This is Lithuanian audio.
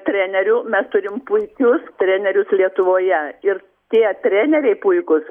trenerių mes turim puikius trenerius lietuvoje ir tie treneriai puikūs